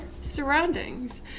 surroundings